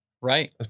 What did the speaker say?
right